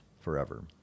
forever